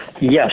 Yes